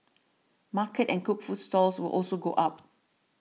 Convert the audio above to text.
market and cooked food stalls will also go up